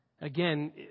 Again